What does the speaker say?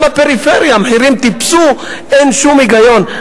גם בפריפריה המחירים טיפסו, אין שום היגיון.